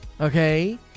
okay